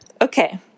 Okay